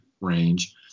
range